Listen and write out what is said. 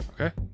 Okay